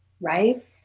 right